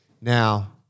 Now